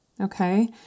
Okay